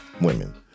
women